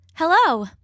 Hello